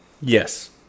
Yes